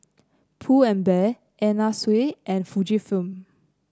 Pull and Bear Anna Sui and Fujifilm